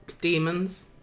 Demons